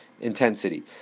intensity